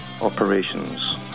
operations